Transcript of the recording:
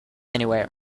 anywhere